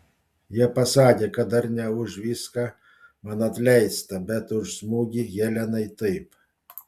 jie pasakė kad dar ne už viską man atleista bet už smūgį helenai taip